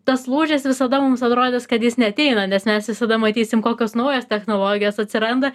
tas lūžis visada mums atrodys kad jis neateina nes mes visada matysim kokios naujos technologijos atsiranda